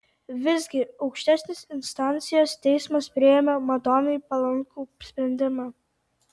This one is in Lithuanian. visgi aukštesnės instancijos teismas priėmė madonai palankų sprendimą